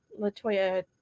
LaToya